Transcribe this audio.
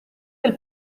del